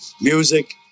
music